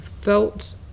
felt